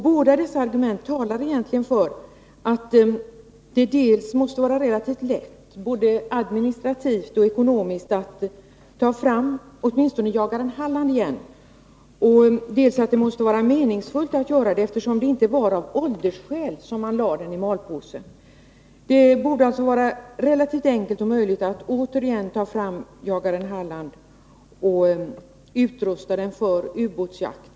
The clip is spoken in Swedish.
Båda dessa omständigheter talar egentligen för att det måste vara relativt lätt, såväl ur administrativ som ekonomisk synpunkt, att åtminstone på nytt ta fram jagaren Halland. Det måste också vara meningsfullt att göra det, eftersom jagaren Halland inte lades i malpåse av åldersskäl. Det borde således vara enkelt och möjligt att åter utrusta jagaren Halland för ubåtsjakt.